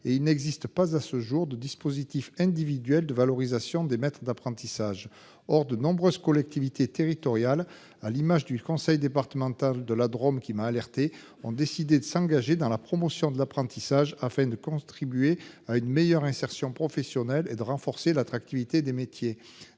et il n'existe pas à ce jour de dispositifs individuels de valorisation des maîtres d'apprentissage. Or, de nombreuses collectivités territoriales à l'image du conseil départemental de la Drôme qui m'a alerté, ont décidé de s'engager dans la promotion de l'apprentissage afin de contribuer à une meilleure insertion professionnelle et de renforcer l'attractivité des métiers.